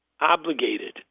obligated